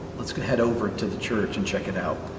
let's go head over to the church and check it out